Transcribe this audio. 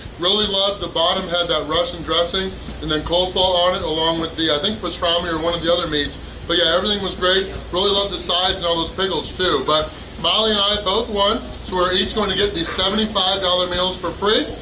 really loved the bottom had that russian dressing and then coleslaw on it along with the i think pastrami or one of the other meats but yeah everything was great really loved the sides and all those pickles too but molly and i both won so we're each going to get the seventy five dollars meals for free.